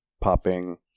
popping